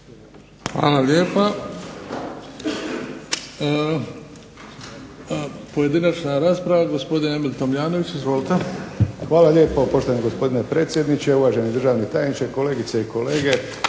Hvala lijepa. Pojedinačna rasprava. Gospodin Emil Tomljanović, izvolite. **Tomljanović, Emil (HDZ)** Hvala lijepo, poštovani gospodine predsjedniče. Uvaženi državni tajniče, kolegice i kolege.